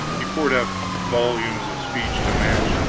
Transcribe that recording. he poured out volumes of speech to match,